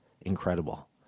Incredible